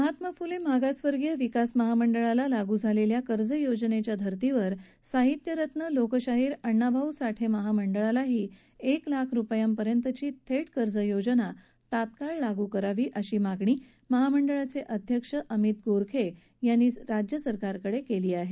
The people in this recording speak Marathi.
महात्मा फुले मागासवर्गीय विकास महामंडळाला लागू झालेल्या कर्ज योजनेच्या धर्तीवर साहित्यरत्न लोकशाहीर अण्णाभाऊ साठे महामंडळालाही एक लाख रुपयांपर्यंतची थेट कर्ज योजना तात्काळ लागू करावी अशी मागणी महामंडळाचे अध्यक्ष अमित गोरखे यांनी राज्यसरकार कडे केली आहे